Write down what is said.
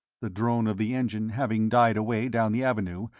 the drone of the engine having died away down the avenue,